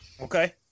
Okay